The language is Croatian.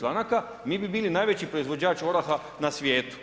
članaka, mi bi bili najveći proizvođač oraha na svijetu.